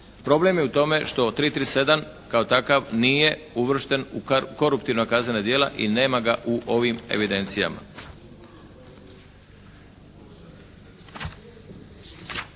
Problem je u tome što 337 kao takav nije uvršten u koruptivna kaznena djela i nema ga u ovim evidencijama.